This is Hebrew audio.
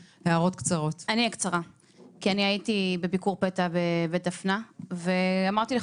הייתי בביקור פתע בבית דפנה ואמרתי גם